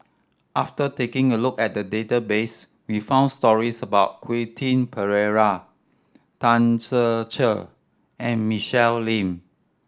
after taking a look at the database we found stories about Quentin Pereira Tan Ser Cher and Michelle Lim